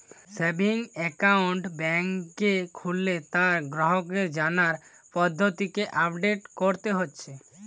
savings account বেংকে খুললে তার গ্রাহককে জানার পদ্ধতিকে আপডেট কোরতে হচ্ছে